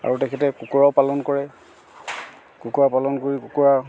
আৰু তেখেতে কুকুৰাও পালন কৰে কুকুৰা পালন কৰি কুকুৰাৰ